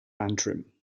antrim